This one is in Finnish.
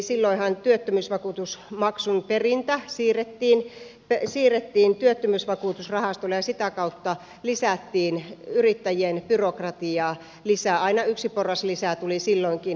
silloinhan työttömyysvakuutusmaksun perintä siirrettiin työttömyysvakuutusrahastolle ja sitä kautta lisättiin yrittäjien byrokratiaa aina yksi porras lisää tuli silloinkin